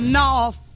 north